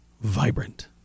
Vibrant